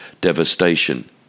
devastation